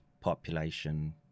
population